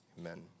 Amen